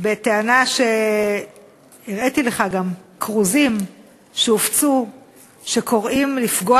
והראיתי לך כרוזים שהופצו שקוראים לפגוע